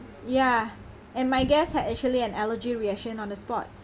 ya and my guest had actually an allergy reaction on the spot